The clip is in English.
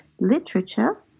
literature